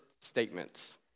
statements